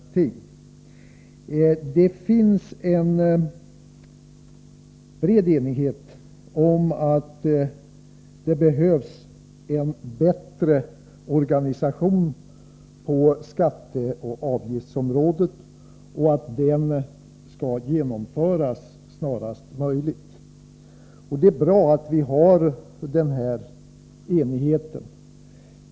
heterna och kronö= Det finns en bred enighet om att det behövs en bättre organisation på d di skatteoch avgiftsområdet, och man anser att den nya organisationen bör heterna genomföras snarast möjligt. Det är bra att det råder enighet.